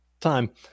time